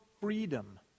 freedom